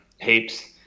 heaps